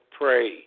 pray